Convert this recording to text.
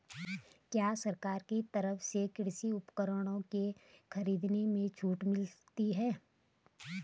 क्या सरकार की तरफ से कृषि उपकरणों के खरीदने में छूट मिलती है?